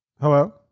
Hello